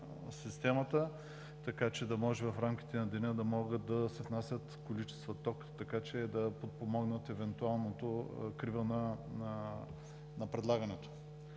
системата, за да може в рамките на деня да се внасят количества ток, така че да подпомогнат евентуалната крива на предлагането.